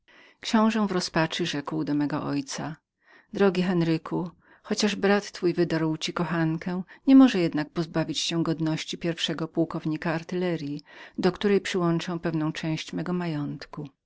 w rozpaczy rzekł do mego ojca drogi henryku jeżeli brat twój wydarł ci kochankę nie może jednak pozbawić cię godności pierwszego pułkownika artyleryi do której przyłączę pewną część mego majątku